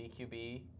BQB